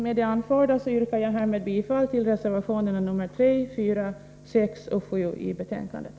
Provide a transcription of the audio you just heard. Med det anförda yrkar jag härmed bifall till reservationerna nr 3, 4, 6 och 7 i betänkandet.